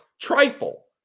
trifle